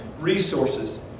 resources